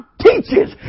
teaches